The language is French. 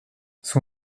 son